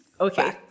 Okay